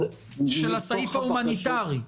של הסעיף ההומניטרי,